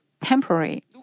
temporary